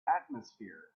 atmosphere